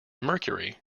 mercury